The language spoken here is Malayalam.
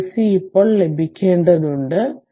iSC ഇപ്പോൾ ലഭിക്കേണ്ടതുണ്ട്